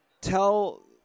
Tell